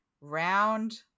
round